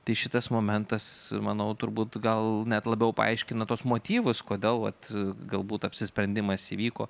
tai šitas momentas manau turbūt gal net labiau paaiškina tuos motyvus kodėl vat galbūt apsisprendimas įvyko